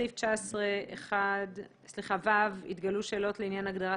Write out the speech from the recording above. בסעיף 19(ו) התגלעו שאלות לעניין הגדרת